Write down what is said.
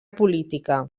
política